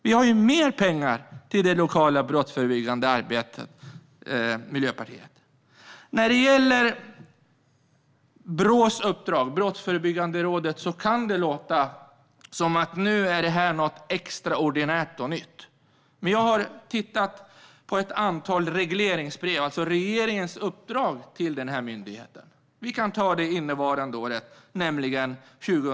Vi har mer pengar till det lokala brottsförebyggande arbetet, och jag riktar mig nu till Miljöpartiet. När det gäller Brottsförebyggande rådets uppdrag kan detta låta som något extraordinärt och nytt. Men jag har tittat på ett antal regleringsbrev, regeringens uppdrag, till denna myndighet. Låt oss titta på innevarande år, 2017.